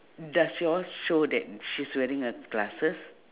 does yours show that she's wearing a glasses